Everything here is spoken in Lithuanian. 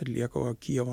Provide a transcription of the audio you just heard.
atlieka o kijevo